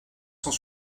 cent